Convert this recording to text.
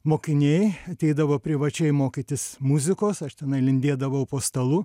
mokiniai ateidavo privačiai mokytis muzikos aš tenai lindėdavau po stalu